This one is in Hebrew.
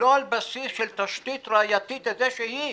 לא על בסיס של תשתית ראייתית איזושהי.